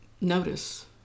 notice